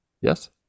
yes